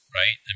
right